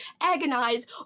agonize